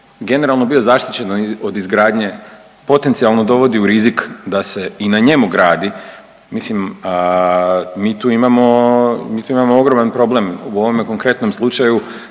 generalno bio zaštićen od izgradnje, potencijalno dovodi u rizik da se i na njemu gradi, mislim, mi tu imamo, mi tu imamo ogroman problem, u ovome konkretnom slučaju